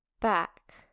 back